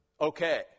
okay